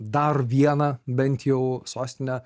dar vieną bent jau sostinę